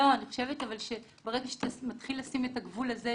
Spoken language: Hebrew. אני חושבת שברגע שאתה מתחיל לשים את הגבול הזה,